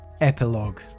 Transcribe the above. Epilogue